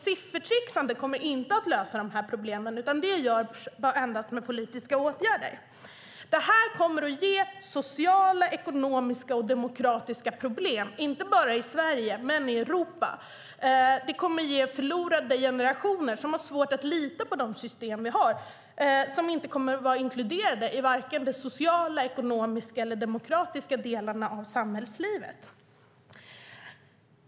Siffertricksande kommer inte att lösa problemen utan det sker endast med hjälp av politiska åtgärder. Det här kommer att ge sociala, ekonomiska och demokratiska problem, inte bara i Sverige utan också i Europa. Det kommer att bli förlorade generationer som kommer att ha svårt att lita på de system som finns, som inte kommer att vara inkluderade i de sociala, ekonomiska eller demokratiska delarna av samhällslivet.